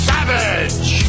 Savage